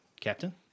Captain